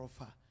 offer